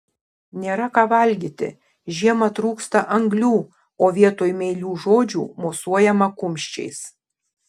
nėra ką valgyti žiemą trūksta anglių o vietoj meilių žodžių mosuojama kumščiais